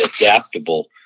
adaptable